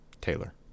Taylor